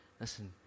Listen